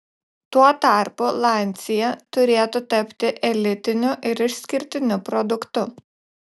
tuo tarpu lancia turėtų tapti elitiniu ir išskirtiniu produktu